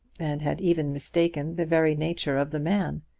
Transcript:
and had even mistaken the very nature of the man.